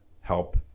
help